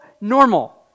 normal